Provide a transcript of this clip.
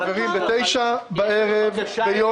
ב-9 בערב ביום